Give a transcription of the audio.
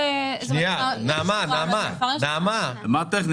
אין לפני הנוהל, אנחנו עכשיו בנוהל, בבקשה.